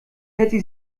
hätte